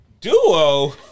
Duo